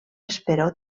esperó